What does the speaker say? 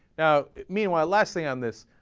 yeah meanwhile last thing on this